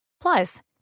Plus